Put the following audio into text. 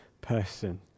person